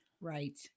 Right